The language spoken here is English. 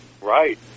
Right